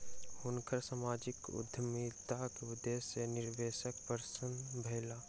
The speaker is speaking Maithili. हुनकर सामाजिक उद्यमिता के उदेश्य सॅ निवेशक प्रसन्न भेला